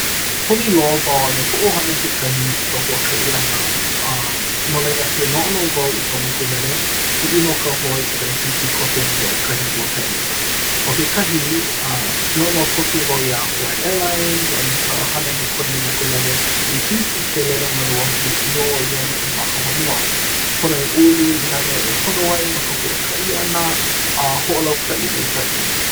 Puni loa wau a me koʻu ʻohana kekahi i ka huakaʻi ʻana uh no laila ke noʻonoʻo wau i ka mokulele piʻi nō ka hoi i ka hiki koke mai o kahi huakaʻi. ʻO kekahi, uh noʻonoʻo koke wau iā Hawaiian Airlines a me ka hana he kuene mokulele i hiki ke lele manuahi i ʻō a i aneʻi ma ka honua. Pono e ʻūlū i nā mea e pono ai no ka huakaʻi ʻana a hoʻolaukaʻi maikaʻi.